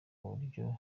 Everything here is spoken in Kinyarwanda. buryo